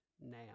Now